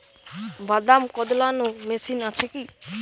বাদাম কদলানো মেশিন আছেকি?